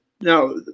now